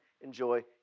enjoy